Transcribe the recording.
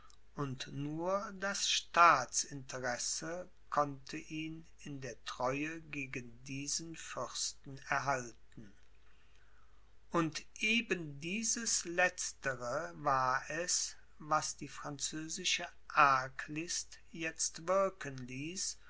und nur das staatsinteresse konnte ihn in der treue gegen diesen fürsten erhalten und eben dieses letztere war es was die französische arglist jetzt wirken ließ